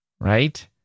Right